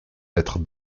être